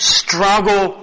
struggle